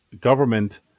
government